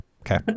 Okay